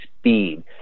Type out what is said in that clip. speed